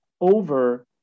over